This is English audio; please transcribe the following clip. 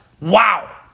Wow